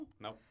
No